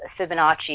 Fibonacci